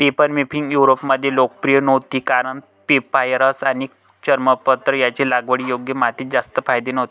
papermaking युरोपमध्ये लोकप्रिय नव्हती कारण पेपायरस आणि चर्मपत्र यांचे लागवडीयोग्य मातीत जास्त फायदे नव्हते